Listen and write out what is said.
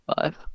Five